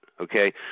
okay